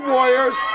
Warriors